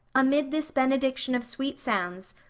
amid this benediction of sweet sounds,